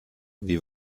wie